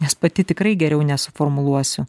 nes pati tikrai geriau nesuformuluosiu